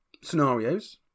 Scenarios